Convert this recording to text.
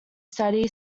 study